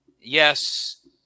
yes